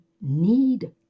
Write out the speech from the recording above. need